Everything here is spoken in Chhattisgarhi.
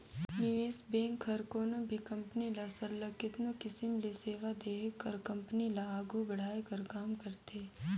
निवेस बेंक हर कोनो भी कंपनी ल सरलग केतनो किसिम ले सेवा देहे कर कंपनी ल आघु बढ़ाए कर काम करथे